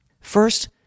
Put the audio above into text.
First